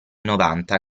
novanta